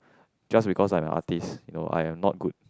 just because I'm an artist I am not good